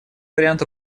вариант